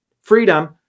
freedom